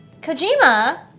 Kojima